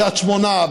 בקריית שמונה,